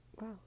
Wow